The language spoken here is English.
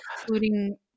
including